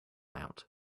out